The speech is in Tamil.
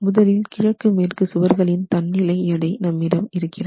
முதலில் கிழக்கு மேற்கு சுவர்களின் தன்னிலை எடை நம்மிடம் இருக்கிறது